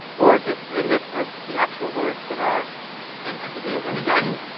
or just a list of the actual words that are named entities. and again,